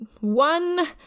one